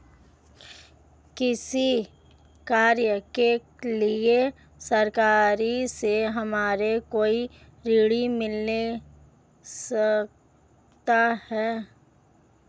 कृषि कार्य के लिए सरकार से हमें कोई ऋण मिल सकता है?